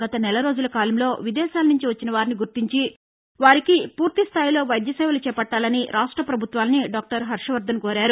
గత నెల రోజుల కాలంలో విదేశాల నుండి వచ్చిన వారిని గుర్తించి వారికి పూర్తి స్దాయిలో వైద్య సేవలు చేపట్టాలని రాష్ట పభుత్వాలని డాక్టర్ హర్షవర్దన్ కోరారు